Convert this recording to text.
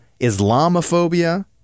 Islamophobia